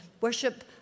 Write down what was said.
worship